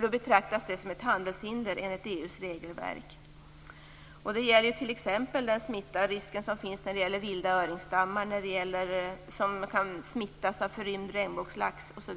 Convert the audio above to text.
Då betraktas det som ett handelshinder enligt EU:s regelverk. Det gäller t.ex. de risker för smitta som vilda öringsstammar utsätts för från förrymd regnbågslax, osv. På